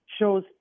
shows